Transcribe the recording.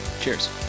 Cheers